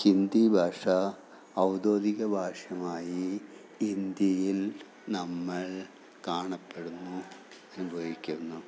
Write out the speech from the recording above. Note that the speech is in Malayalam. ഹിന്ദി ഭാഷ ഔദ്യോഗിക ഭാഷയായി ഇന്ത്യയിൽ നമ്മൾ കാണപ്പെടുന്നു അനുഭവിക്കുന്നു